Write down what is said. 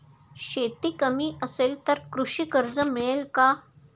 शेती कमी असेल तर कृषी कर्ज मिळेल का?